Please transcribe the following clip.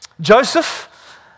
Joseph